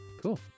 Cool